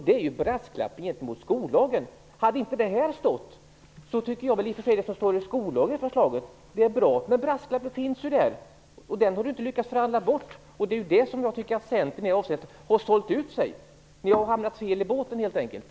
Det är en brasklapp gentemot skollagen. Har det inte stått där hade jag kunnat säga att förslaget till skollag är bra, men brasklappen finns där. Den har ni inte lyckats förhandla bort. Där har Centern sålt ut sig. Ni har helt enkelt hamnat fel i båten.